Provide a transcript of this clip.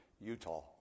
Utah